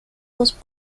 was